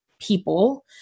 people